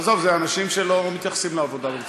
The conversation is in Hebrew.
עזוב, זה אנשים שלא מתייחסים לעבודה ברצינות.